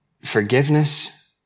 forgiveness